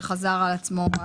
שחזר על עצמו,